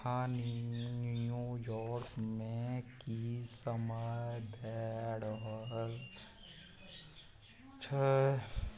एखन न्यूयॉर्कमे कि समय भै रहल छै